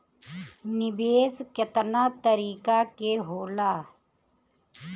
निवेस केतना तरीका के होला?